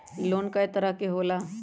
Loan कय तरह के होला?